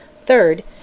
Third